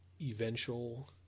eventual